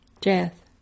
death